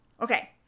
Okay